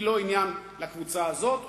היא לא עניין לקבוצה הזאת,